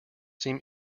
seem